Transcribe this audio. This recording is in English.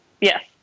Yes